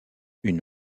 une